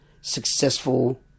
successful